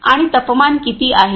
आणि तपमान किती आहे